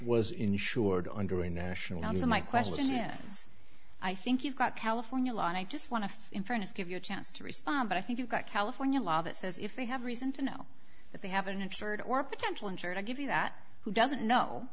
was insured under a national council my question yes i think you've got california law and i just want to in fairness give you a chance to respond but i think you've got california law that says if they have reason to know that they have an absurd or potential injury to give you that who doesn't know